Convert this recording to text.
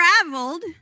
traveled